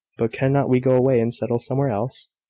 but cannot we go away, and settle somewhere else?